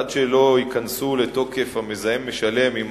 עד שלא ייכנס לתוקף חוק המזהם משלם עם